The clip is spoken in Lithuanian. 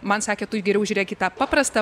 man sakė tu geriau žiūrėk į tą paprastą